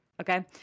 Okay